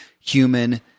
human